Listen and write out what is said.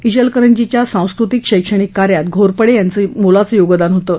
चेलकरंजीच्या सांस्कृतिक शैक्षणिक कार्यात घोरपडे यांच मोलाचं योगदान होतं